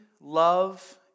love